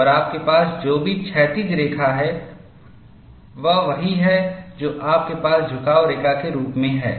और आपके पास जो भी क्षैतिज रेखा है वह वही है जो आपके पास झुकाव रेखा के रूप में है